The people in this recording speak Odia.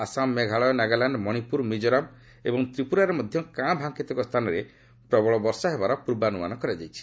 ଆସାମ ମେଘାଳୟ ନାଗାଲ୍ୟାଣ୍ଡ ମଣିପୁର ମିକୋରାମ ଏବଂ ତ୍ରିପୁରାରେ ମଧ୍ୟ କାଁ ଭାଁ କେତେକ ସ୍ଥାନରେ ପ୍ରବଳ ବର୍ଷା ହେବାର ପୂର୍ବାନୁମାନ କରାଯାଇଛି